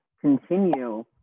continue